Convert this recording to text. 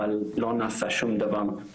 אבל לא נעשה שום דבר.